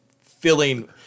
filling